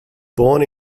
born